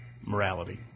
morality